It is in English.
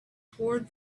toward